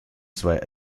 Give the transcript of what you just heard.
zwei